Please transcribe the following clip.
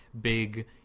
big